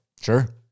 Sure